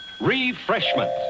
Refreshment